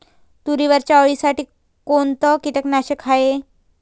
तुरीवरच्या अळीसाठी कोनतं कीटकनाशक हाये?